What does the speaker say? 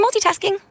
multitasking